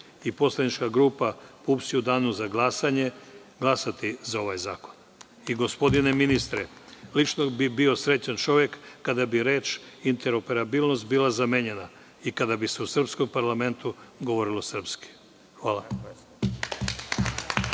i poslanička grupa PUPS će u danu za glasanje glasati za ovaj zakon. Gospodine ministre, lično bih bio srećan čovek kada bi reč „interoperabilnost“ bila zamenjena i kada bi se u srpskom parlamentu govorilo srpski. Hvala.